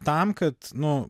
tam kad nu